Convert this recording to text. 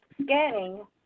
scanning